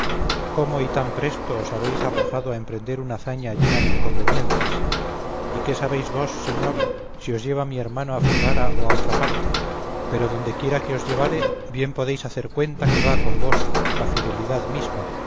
cómo y tan presto os habéis arrojado a emprender una hazaña llena de inconvenientes y qué sabéis vos señor si os lleva mi hermano a ferrara o a otra parte pero dondequiera que os llevare bien podéis hacer cuenta que va con vos la fidelidad misma